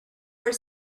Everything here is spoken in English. were